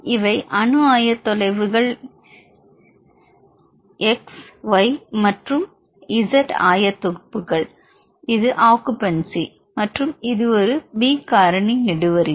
இவை அணு ஆயத்தொலைவுகள் இவை x y மற்றும் z ஆயத்தொகுப்புகள் இது அக்குப்பணசி மற்றும் இது ஒரு பி காரணி நெடுவரிசை